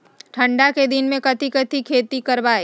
ठंडा के दिन में कथी कथी की खेती करवाई?